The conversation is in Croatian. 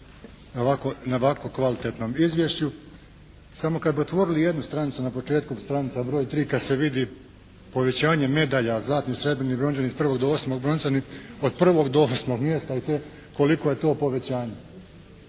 na ovako kvalitetnom izvješću. Samo kad bi otvorili jednu stranicu na početku, stranica broj tri kad se vidi povećanje medalja zlatnih, srebrnih, brončanih od 1. do 8. brončanih, od 1. do 8. mjesta i te, koliko je to povećanje.